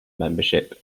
membership